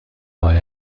راه